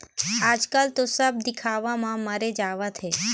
आजकल तो सब दिखावा म मरे जावत हें